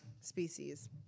species